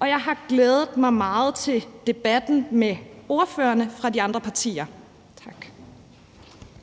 og jeg har glædet mig meget til debatten med ordførerne fra de andre partier.